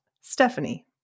Stephanie